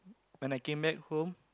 when I came back home